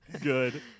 Good